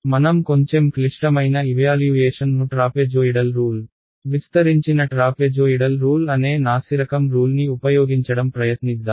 మనం కొంచెం క్లిష్టమైన ఇవ్యాల్యూయేషన్ ను ట్రాపెజోయిడల్ రూల్ విస్తరించిన ట్రాపెజోయిడల్ రూల్ అనే నాసిరకం రూల్ని ఉపయోగించడం ప్రయత్నిద్దాం